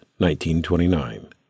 1929